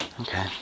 Okay